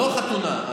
לא החתונה,